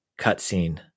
cutscene